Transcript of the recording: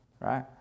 Right